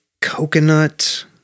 Coconut